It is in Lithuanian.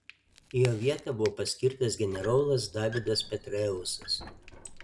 į jo vietą buvo paskirtas generolas davidas petraeusas